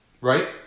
right